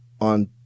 on